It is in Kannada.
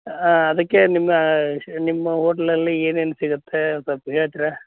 ಅದಕ್ಕೆ ನಿಮ್ಮ ನಿಮ್ಮ ಹೋಟ್ಲಲ್ಲಿ ಏನೇನು ಸಿಗುತ್ತೆ ಸಲ್ಪ ಹೇಳ್ತೀರಾ